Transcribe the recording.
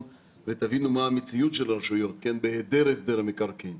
ותבינו מה המציאות של הרשויות בהיעדר הסדר מקרקעין.